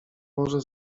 może